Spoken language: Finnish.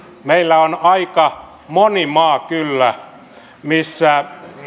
meillä on aika moni maa kyllä sellainen missä